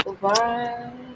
Bye